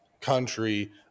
country